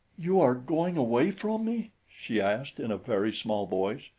you are going away from me? she asked in a very small voice.